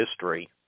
history